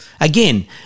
Again